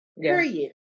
Period